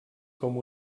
com